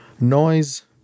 noise